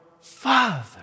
father